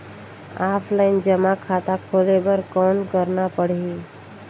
Offline जमा खाता खोले बर कौन करना पड़ही?